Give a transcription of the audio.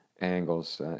angles